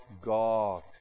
God